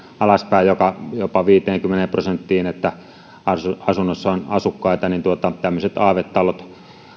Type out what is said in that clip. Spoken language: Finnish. alaspäin jopa jopa viiteenkymmeneen prosenttiin että puolessa asunnoista on asukkaita niin tämmöiset aavetalot